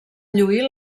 lluir